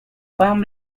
pan